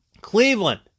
Cleveland